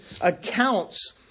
accounts